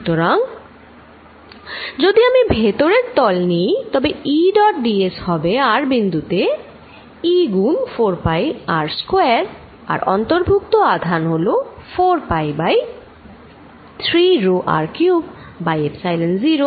সুতরাং যদি আমি ভেতরের তল নিই তবে E ডট ds হবে r বিন্দু তে E গুন 4পাই r স্কোয়ার আর অন্তর্ভুক্ত আধান হল 4পাই by 3 rho r cubed by epsilon 0